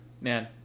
Man